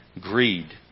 Greed